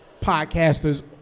podcasters